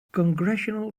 congressional